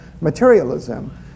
materialism